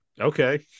Okay